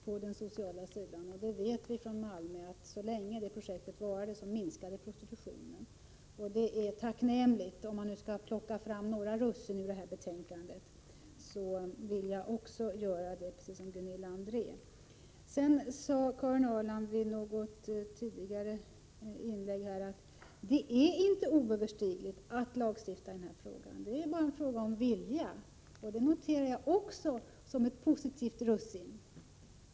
Vi vet från Malmö att prostitutionen minskade så länge det projektet pågick. Precis som Gunilla André vill jag alltså plocka fram några russin ur betänkandet. I ett tidigare inlägg sade Karin Ahrland att det inte föreligger oöverstigliga hinder att lagstifta i den här frågan. Det är bara fråga om att vilja. Även detta uttalande noterar jag som ett positivt russin.